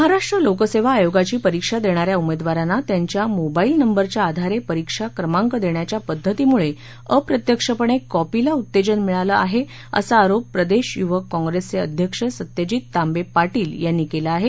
महाराष्ट्र लोकसेवा आयोगाची परीक्षा देणाऱ्या उमेदवारांना त्यांच्या मोबाईल नंबरच्या आधारे परीक्षा क्रमांक देण्याच्या पद्धतीमुळे अप्रत्यक्षपणे कॉपीला उत्तेजन मिळालं आहे असा आरोप प्रदेश युवक कॉंग्रेसचे अध्यक्ष सत्यजीत तांबे पाटील यांनी केला आहे